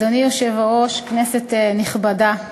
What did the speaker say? אדוני היושב-ראש, כנסת נכבדה,